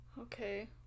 Okay